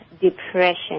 depression